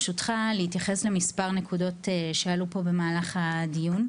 להתייחס לכמה נקודות שעלו פה במהלך הדיון,